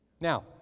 Now